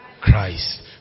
Christ